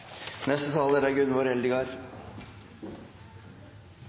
neste runde – ellers er det